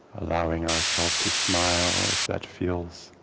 allowing ourself to smile if that feels